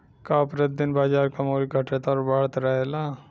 का प्रति दिन बाजार क मूल्य घटत और बढ़त रहेला?